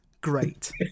Great